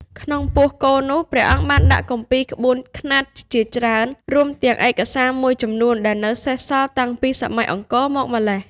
ក្នុងពោះគោនោះ ព្រះអង្គបានដាក់គម្ពីរក្បួនខ្នាតជាច្រើន រួមទាំងឯកសារមួយចំនួនដែលនៅសេសសល់តាំងពីសម័យអង្គរមកម្ល៉េះ។